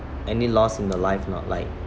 any loss in your life or not like